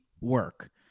work